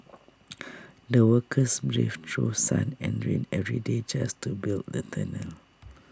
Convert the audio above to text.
the workers braved through sun and rain every day just to build the tunnel